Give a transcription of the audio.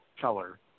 color